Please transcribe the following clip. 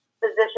position